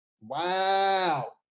Wow